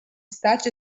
such